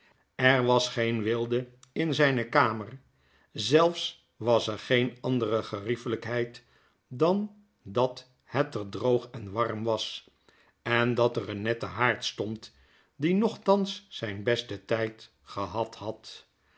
er was geen weelde in zyne kamer zelfs was er geene andere geriefelykheid dan dat het er droog en warm was en dat er een nette haard stond die nochtans zyn besten tyd gehad had